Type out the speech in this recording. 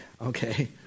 okay